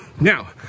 Now